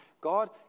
God